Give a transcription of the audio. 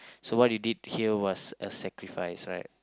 so what you did here was a sacrifice right